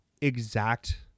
exact